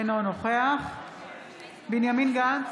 אינו נוכח בנימין גנץ,